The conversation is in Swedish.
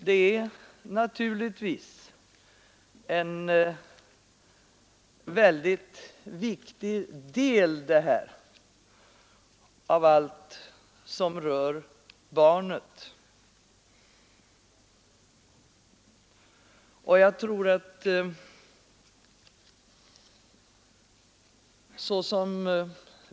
Detta är naturligtvis en väldigt viktig del av allt det som rör barnet.